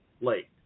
Late